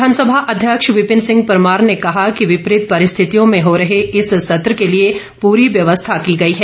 विधानसभा अध्यक्ष विपिन सिंह परमार ने कहा कि विपरीत परिस्थितियों में हो रहे इस सत्र के लिए पूरी व्यवस्था की गई है